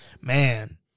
Man